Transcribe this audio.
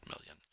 million